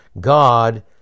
God